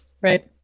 Right